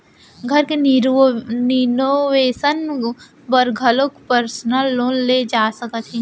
घर के रिनोवेसन बर घलोक परसनल लोन ले जा सकत हे